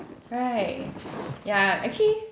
right yeah actually